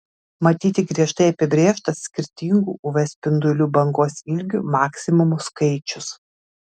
matyti griežtai apibrėžtas skirtingų uv spindulių bangos ilgių maksimumų skaičius